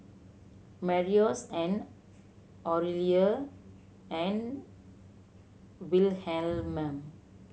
Marius and Aurelia and Wilhelm